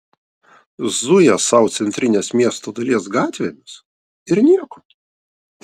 zuja sau centrinės miesto dalies gatvėmis ir nieko